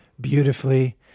beautifully